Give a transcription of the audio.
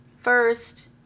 First